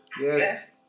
Yes